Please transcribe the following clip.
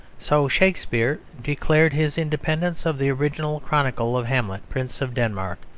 so shakespeare declared his independence of the original chronicle of hamlet, prince of denmark,